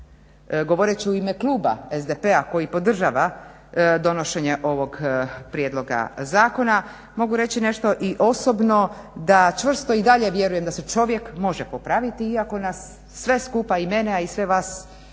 govoreći u ime kluba SDp-a koji podržava donošenje ovog prijedloga Zakona mogu reći nešto i osobno da čvrsto i dalje vjerujem da će se čovjek može popraviti iako nas sve skupa i mene, a i sve vas često